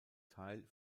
teil